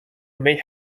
may